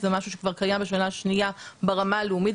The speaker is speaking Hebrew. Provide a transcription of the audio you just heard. זה משהו שכבר קיים בשנה השנייה ברמה הלאומית,